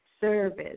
service